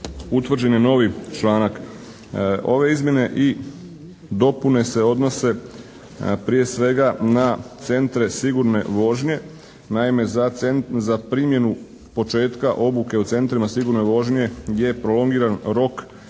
utvrđen je novi članak. Ove izmjene i dopune se odnose prije svega na Centre sigurne vožnje. Naime, za primjenu početka obuke u Centrima sigurne vožnje je prolongiran rok